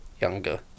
younger